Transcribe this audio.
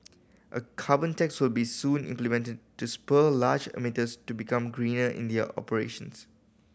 a carbon tax will be soon implemented to spur large emitters to become greener in their operations